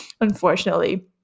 unfortunately